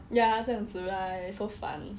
ya 这样子 right so fun